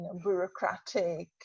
bureaucratic